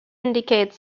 indicate